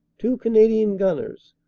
two canadian gunners,